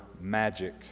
magic